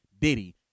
Diddy